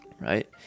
Right